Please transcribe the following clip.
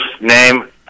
name